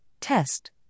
test